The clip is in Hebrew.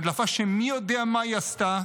הדלפה שמי יודע מה היא עשתה